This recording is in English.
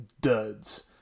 duds